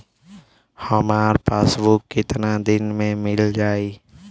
हमार पासबुक कितना दिन में मील जाई?